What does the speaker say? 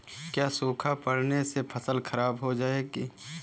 क्या सूखा पड़ने से फसल खराब हो जाएगी?